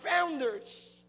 founders